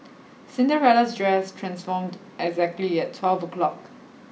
Cinderella's dress transformed exactly at twelve o'clock